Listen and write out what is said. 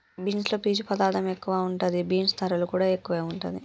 beans లో పీచు పదార్ధం ఎక్కువ ఉంటది, బీన్స్ ధరలు కూడా ఎక్కువే వుంటుంది